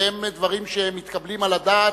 והם דברים שמתקבלים על הדעת,